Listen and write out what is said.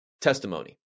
testimony